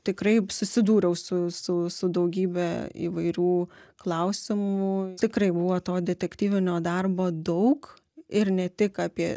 tikrai susidūriau su su su daugybe įvairių klausimų tikrai buvo to detektyvinio darbo daug ir ne tik apie